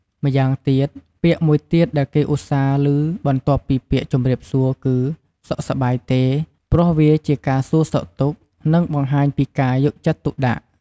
ម៉្យាងទៀត ពាក្យមួយទៀតដែលគេឧស្សាហ៍ឮបន្ទាប់ពីពាក្យ ជំរាបសួរ គឺ "សុខសប្បាយទេ" ព្រោះវាជាការសួរសុខទុក្ខ និងបង្ហាញពីការយកចិត្តទុកដាក់។